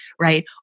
right